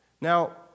Now